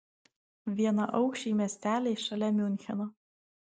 vienaaukščiai miesteliai šalia miuncheno